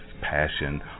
passion